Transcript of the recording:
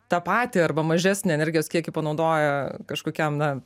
tą patį arba mažesnį energijos kiekį panaudoja kažkokiam na